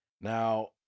Now